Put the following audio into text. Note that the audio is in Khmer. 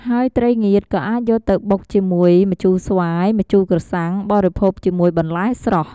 ហើយត្រីងៀតក៏អាចយកទៅបុកជាមួយម្ជូរស្វាយ ម្ជូរក្រសាំង បរិភោគជាមួយបន្លែស្រស់។